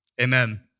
Amen